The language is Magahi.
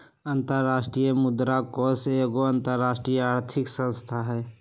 अंतरराष्ट्रीय मुद्रा कोष एगो अंतरराष्ट्रीय आर्थिक संस्था हइ